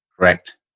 Correct